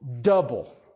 double